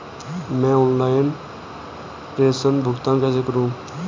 मैं ऑनलाइन प्रेषण भुगतान कैसे करूँ?